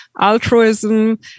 altruism